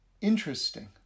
interesting